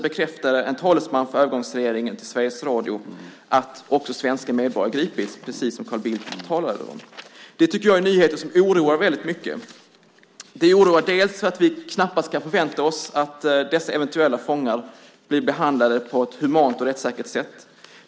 En talesman för övergångsregeringen bekräftade i morse för Sveriges Radio att svenska medborgare gripits, precis som Carl Bildt talade om. Det är nyheter som jag tycker oroar väldigt mycket. Det oroar därför att vi knappast kan förvänta oss att dessa eventuella fångar blir behandlade på ett humant och rättssäkert sätt.